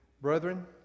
brethren